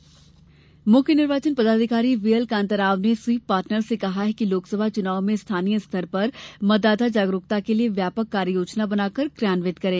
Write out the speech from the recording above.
कांताराव मुख्य निर्वाचन पदाधिकारी व्ही एल कान्ता राव ने स्वीप पार्टनर्स से कहा है कि लोकसभा चनाव में स्थानीय स्तर पर मतदाता जागरूकता के लिये व्यापक कार्य योजना बनाकर क्रियान्वित करें